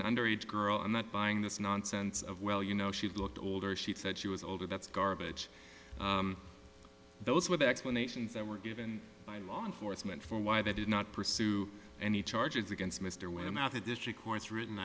an underage girl i'm not buying this nonsense of well you know she looked older she said she was older that's garbage those were the explanations that were given by law enforcement for why they did not pursue any charges against mr without the district court's written